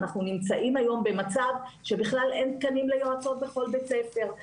אנחנו נמצאים היום במצב שבכלל אין תקנים ליועצות בכל בית ספר,